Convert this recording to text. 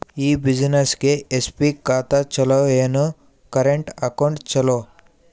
ಈ ಬ್ಯುಸಿನೆಸ್ಗೆ ಎಸ್.ಬಿ ಖಾತ ಚಲೋ ಏನು, ಕರೆಂಟ್ ಅಕೌಂಟ್ ಚಲೋ?